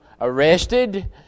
arrested